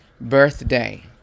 birthday